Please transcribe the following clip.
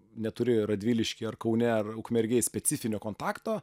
neturi radvilišky ar kaune ar ukmergėj specifinio kontakto